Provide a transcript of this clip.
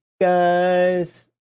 Guys